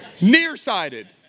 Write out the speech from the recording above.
nearsighted